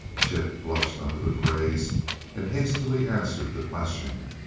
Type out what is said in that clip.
chip blushed under the praise and hastily answered the question.